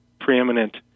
preeminent